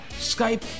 Skype